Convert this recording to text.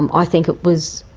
um i think it was